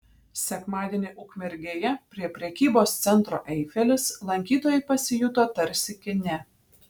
sekmadienį ukmergėje prie prekybos centro eifelis lankytojai pasijuto tarsi kine